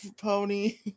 pony